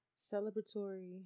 celebratory